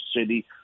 City